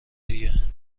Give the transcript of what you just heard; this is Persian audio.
دیگه